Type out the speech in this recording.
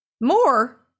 More